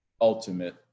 ultimate